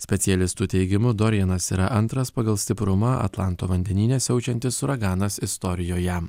specialistų teigimu dorianas yra antras pagal stiprumą atlanto vandenyne siaučiantis uraganas istorijoje